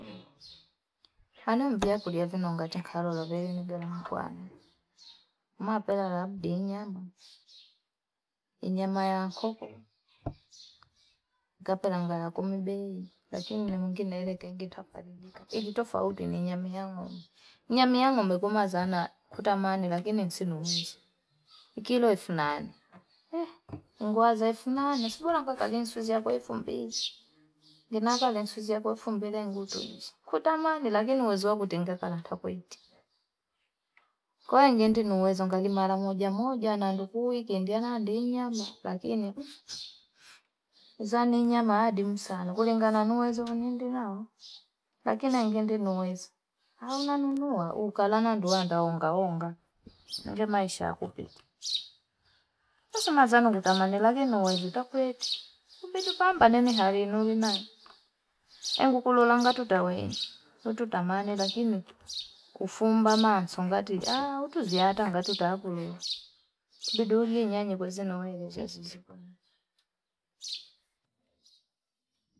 Ano mbiyako liyafi nonga chinkarolo veli nigera mkwani? Umapela rabdi inyama. Inyama ya nkoko. Ikapela ngara kumibei. Lakini ni mungi na ile gengi tafadilika. Ibi tofaudi ni nyami yangu. Nyami yangu mbeguma zana kutamani, lakini insinuwezi. Ikiilo elfu nane. Eh, ingu waza elfu nane. Sipura mpaka ginsuzi ya koefumbezi. Ginaka ginsuzi ya koefumbezi. Kutamani, lakini uwezuwa kutenga kala mtakoeji. Kwa ingeni ni uwezuwa mkali maramuja moja, na ndufu ikendi ya nadi inyama. Lakini, zani inyama adimu sana. Kuli ngana uwezuwa nindu nao, lakini ingeni ni uwezuwa. Hauna nunuwa, ukala na nduwa, ndaonga, onga. Naile maisha ya kupiti. Kwa zani kutamani, lakini uwezuwa mtakoeji. Kupitu pamba nini harinuri nani. Engu kululanga tutawene. Tutamane, lakini kufumba. Mamsongati, haa, utuziata nga tutakulu. Kupitu uli nyanyi kuweze na uwezuwa zizipo.